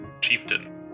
chieftain